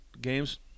games